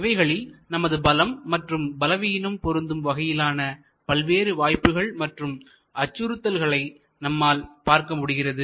இவைகளில் நமது பலம் மற்றும் பலவீனம் பொருந்தும் வகையிலான பல்வேறு வாய்ப்புகள் மற்றும் அச்சுறுத்தல்களை நம்மால் பார்க்க முடிகிறது